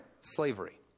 slavery